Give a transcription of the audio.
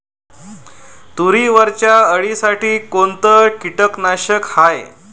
तुरीवरच्या अळीसाठी कोनतं कीटकनाशक हाये?